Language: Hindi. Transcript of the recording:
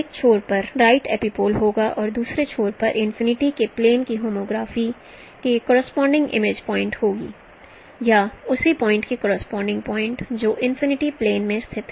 एक छोर पर राइट एपिपोल होगा और दूसरे छोर पर इनफिनिटी के प्लेन की होमोग्राफी के कॉरस्पॉडिंग इमेज प्वाइंट होगा या उसी प्वाइंट के कॉरस्पॉडिंग प्वाइंट जो इनफिनिटी प्लेन में स्थित है